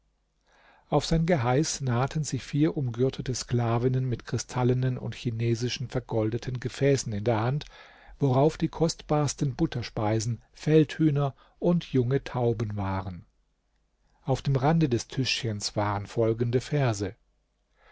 auf sein geheiß nahten sich vier umgürtete sklavinnen mit kristallenen und chinesischen vergoldeten gefäßen in der hand worauf die kostbarsten butterspeisen feldhühner und junge tauben waren auf dem rande des tischchens waren folgende verse